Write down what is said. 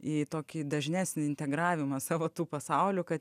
į tokį dažnesnį integravimą savo to pasaulio kad